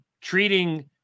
treating